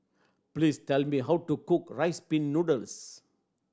please tell me how to cook Rice Pin Noodles